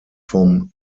vom